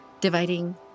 dividing